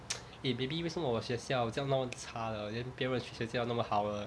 eh maybe 为什么我学校这样弄差的 then 别人去学校那么好的